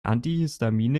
antihistamine